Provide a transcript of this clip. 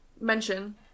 mention